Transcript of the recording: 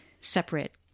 separate